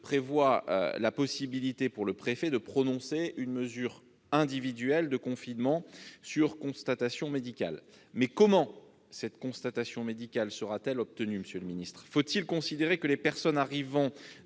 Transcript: prévoit la possibilité, pour le préfet, de prononcer une mesure individuelle de confinement, sur constatation médicale. Comment cette « constatation médicale » sera-t-elle obtenue, monsieur le ministre ? Faut-il considérer que les personnes arrivant